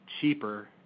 cheaper